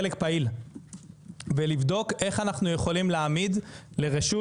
חלק פעיל ולבדוק איך אנחנו יכולים להעמיד לרשות